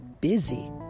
busy